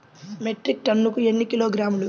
Metric టన్నుకు ఎన్ని కిలోగ్రాములు?